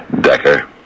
Decker